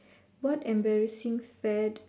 what embarrassing fad